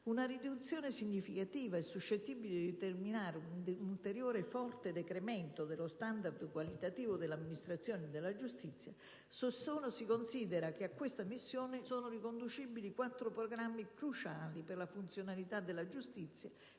Una riduzione significativa e suscettibile di determinare un ulteriore forte decremento dello standard qualitativo dell'amministrazione della giustizia, se solo si considera che a tale missione sono riconducibili quattro programmi cruciali per la funzionalità della giustizia